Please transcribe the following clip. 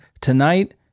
tonight